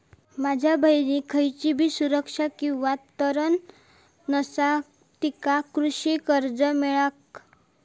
माझ्या बहिणीक खयचीबी सुरक्षा किंवा तारण नसा तिका कृषी कर्ज कसा मेळतल?